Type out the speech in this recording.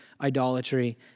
idolatry